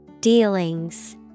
Dealings